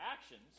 actions